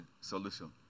solution